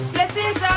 Blessings